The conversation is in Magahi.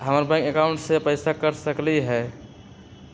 हमर बैंक अकाउंट से पैसा कट सकलइ ह?